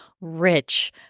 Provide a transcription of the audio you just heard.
Rich